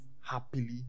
happily